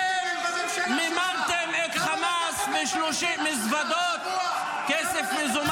אתם מימנתם את חמאס ב-30 מזוודות כסף מזומן.